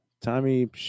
Tommy